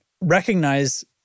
recognize